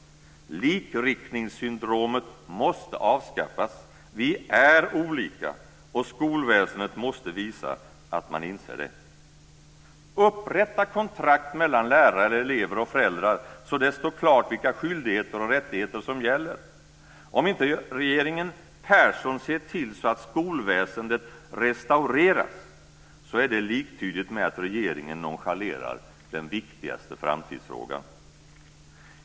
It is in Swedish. Likriktningssyndromet måste avskaffas. Vi är olika och skolväsendet måste visa att man inser det. Upprätta kontrakt mellan lärare, elever och föräldrar, så att det står klart vilka skyldigheter och rättigheter som gäller. Om inte regeringen Persson ser till så att skolväsendet restaureras så är det liktydigt med att regeringen nonchalerar den viktigaste framtidsfrågan.